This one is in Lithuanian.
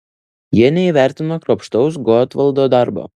jie neįvertino kruopštaus gotvaldo darbo